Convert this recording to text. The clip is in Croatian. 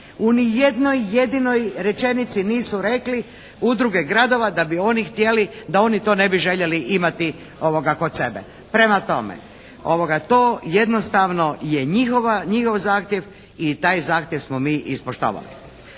U ni jednoj jedinoj rečenici nisu rekli Udruge gradova da bi oni htjeli da oni to ne bi željeli imati kod sebe. Prema tome, to jednostavno je njihov zahtjev i taj zahtjev smo mi ispoštovali.